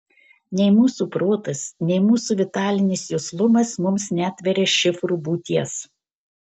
nei mūsų protas nei mūsų vitalinis juslumas mums neatveria šifrų būties